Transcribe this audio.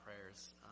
prayers